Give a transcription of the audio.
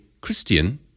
Christian